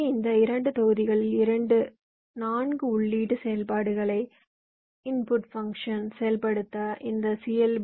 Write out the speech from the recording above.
எனவே இந்த 2 தொகுதிகளில் இரண்டு 4 உள்ளீட்டு செயல்பாடுகளை செயல்படுத்த இந்த சி